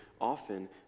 often